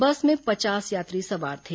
बस में पचास यात्री सवार थे